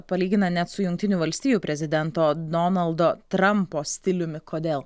palygina net su jungtinių valstijų prezidento donaldo trampo stiliumi kodėl